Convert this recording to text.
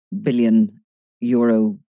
billion-euro